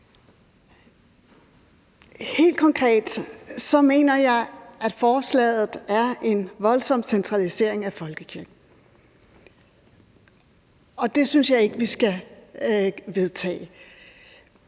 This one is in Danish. Helt konkret mener jeg, at forslaget er en voldsom centralisering af folkekirken, og det synes jeg ikke vi skal vedtage.